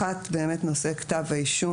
אחת באמת נושא כתב האישום,